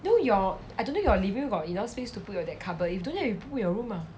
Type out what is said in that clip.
no your I don't think your living room got enough space to put your that cupboard if don't have then you put in your room ah